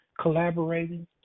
collaborating